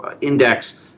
index